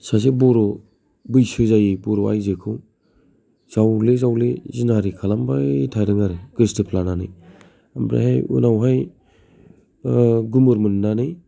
सासे बर' बैसो जायै बर' आइजोखौ जावले जावले जिनाहारि खालामबाय थादों आरो गोसथोफ्लानानै ओमफ्राय हाय उनावहाय गुमुर मोननानै